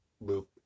loop